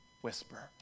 whisper